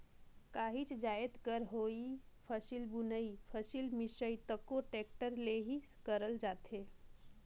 काहीच जाएत कर डोहई, फसिल बुनई, फसिल मिसई तको टेक्टर ले ही करल जाथे